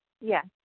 Yes